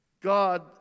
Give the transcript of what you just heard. God